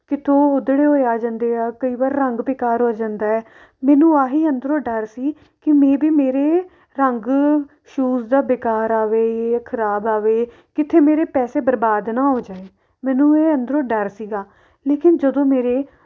ਕਿਤੋਂ ਉਹ ਉੱਧੜੇ ਹੋਏ ਆ ਜਾਂਦੇ ਆ ਕਈ ਵਾਰ ਰੰਗ ਬੇਕਾਰ ਹੋ ਜਾਂਦਾ ਹੈ ਮੈਨੂੰ ਆਹੀ ਅੰਦਰੋਂ ਡਰ ਸੀ ਕਿ ਮੇਅ ਬੀ ਮੇਰੇ ਰੰਗ ਸ਼ੂਜ ਦਾ ਬੇਕਾਰ ਆਵੇ ਜਾਂ ਖਰਾਬ ਆਵੇ ਕਿੱਥੇ ਮੇਰੇ ਪੈਸੇ ਬਰਬਾਦ ਨਾ ਹੋ ਜਾਏ ਮੈਨੂੰ ਇਹ ਅੰਦਰੋਂ ਡਰ ਸੀਗਾ ਲੇਕਿਨ ਜਦੋਂ ਮੇਰੇ